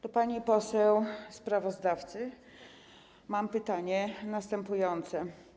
Do pani poseł sprawozdawcy mam pytanie następujące.